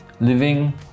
living